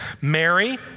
Mary